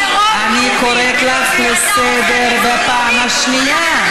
קוראת אותך לסדר בפעם השנייה.